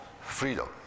freedom